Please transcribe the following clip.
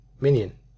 Minion